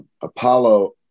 Apollo